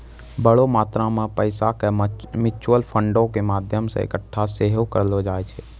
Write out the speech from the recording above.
बड़ो मात्रा मे पैसा के म्यूचुअल फंडो के माध्यमो से एक्कठा सेहो करलो जाय छै